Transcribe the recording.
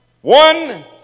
One